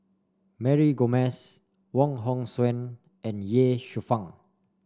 Mary Gomes Wong Hong Suen and Ye Shufang